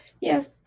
Yes